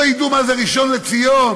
לא ידעו מה זה ראשון לציון,